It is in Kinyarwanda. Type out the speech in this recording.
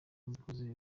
mukozi